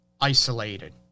isolated